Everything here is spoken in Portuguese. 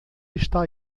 está